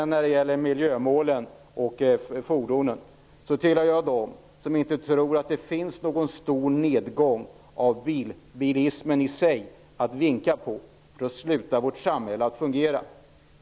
När det gäller miljömålen och fordonen tillhör jag dem som inte tror att det finns någon stor nedgång i bilismen i sig att vinka på; då slutar ju vårt samhälle att fungera.